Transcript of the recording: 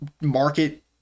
market